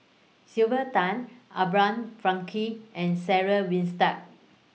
Sylvia Tan Abraham Frankel and Sarah Winstedt